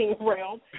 realm